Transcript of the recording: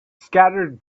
scattered